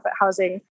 housing